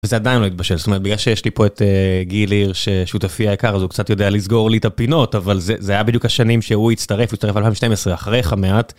זה עדיין לא התבשל זאת אומרת בגלל שיש לי פה את גיל הירש שותפי היקר אז הוא קצת יודע לסגור לי את הפינות אבל זה היה בדיוק השנים שהוא הצטרף הוא הצטרף ב-2012 אחריך מעט